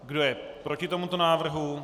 Kdo je proti tomuto návrhu?